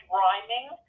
rhyming